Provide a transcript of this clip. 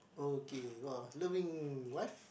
okay [wah] loving wife